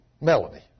Melanie